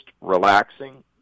relaxing